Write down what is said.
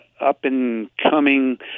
up-and-coming